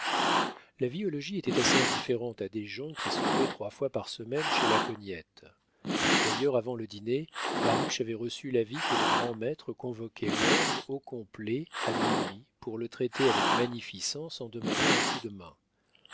la vie au logis était assez indifférente à des gens qui soupaient trois fois par semaine chez la cognette d'ailleurs avant le dîner baruch avait reçu l'avis que le grand-maître convoquait l'ordre au complet à minuit pour le traiter avec magnificence en demandant un coup de main